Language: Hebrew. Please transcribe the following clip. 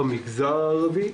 במגזר הערבי,